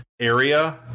area